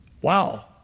Wow